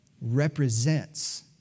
represents